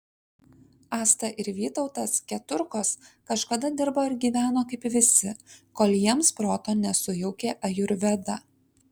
asta ir vytautas keturkos kažkada dirbo ir gyveno kaip visi kol jiems proto nesujaukė ajurveda